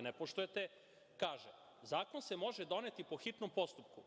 ne poštujete, kaže – zakon se može doneti po hitnom postupku,